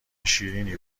شیریننی